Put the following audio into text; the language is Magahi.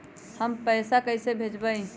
हम पैसा कईसे भेजबई?